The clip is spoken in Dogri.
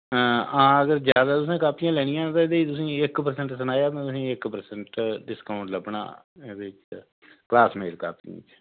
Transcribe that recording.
हां अगर ज्यादा तुसें कापियां लेनियां ते फ्ही तुसें इक परसैंट सनाया में तुसें इक परसैंट डिस्काउंट लब्भना एह्दे च क्लासमेट कापियें च